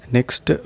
Next